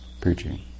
preaching